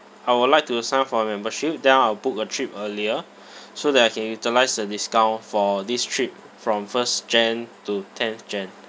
I would like to sign up for a membership then I'll book a trip earlier so that I can utilise the discount for this trip from first jan to tenth jan